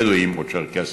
בדואים וצ'רקסים,